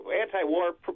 anti-war